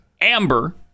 Amber